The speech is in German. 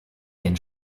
den